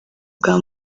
bwa